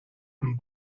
een